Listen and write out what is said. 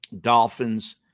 Dolphins